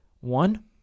One